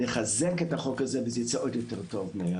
נחזק את החוק הזה וייצא עד יותר טוב.